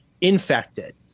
infected